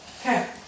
Okay